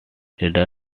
leader